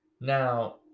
Now